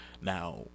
Now